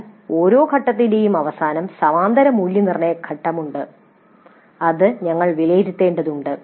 എന്നാൽ ഓരോ ഘട്ടത്തിന്റെയും അവസാനം സമാന്തര മൂല്യനിർണ്ണയ ഘട്ടമുണ്ട് അത് ഞങ്ങൾ വിലയിരുത്തേണ്ടതുണ്ട്